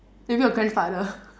maybe your grandfather